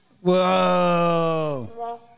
Whoa